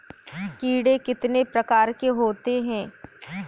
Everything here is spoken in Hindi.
कीड़े कितने प्रकार के होते हैं?